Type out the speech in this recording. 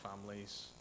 families